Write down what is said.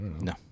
No